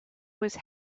was